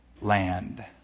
land